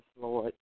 Lord